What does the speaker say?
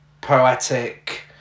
poetic